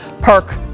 Perk